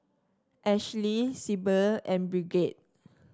Ashley Sibyl and Bridgette